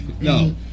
no